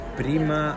prima